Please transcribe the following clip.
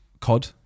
cod